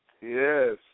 Yes